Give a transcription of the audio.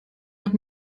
nach